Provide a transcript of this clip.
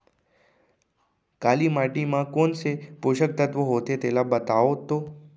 काली माटी म कोन से पोसक तत्व होथे तेला बताओ तो?